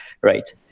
right